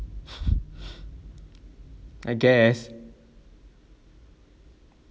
I guess